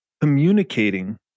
communicating